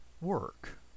work